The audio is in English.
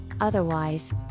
otherwise